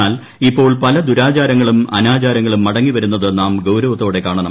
എന്നാൽ ഇപ്പോൾ പല ദുരാചാരങ്ങളും അനാചാരങ്ങളും മടങ്ങിവരുന്നത് നാം ഗൌരവത്തോടെ കാണണം